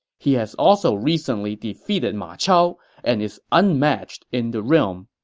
he has also recently defeated ma chao and is unmatched in the realm.